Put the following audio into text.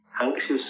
anxious